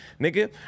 Nigga